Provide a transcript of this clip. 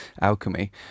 alchemy